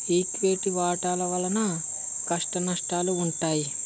equity వాటాల వలన కష్టనష్టాలుంటాయి